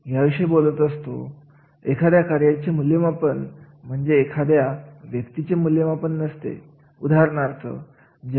मग अशा कार्याचे अवलोकन म्हणजेजेव्हा खूप कृती असतात ते सगळे एकत्र करून एक कार्य तयार होत असते